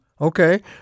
Okay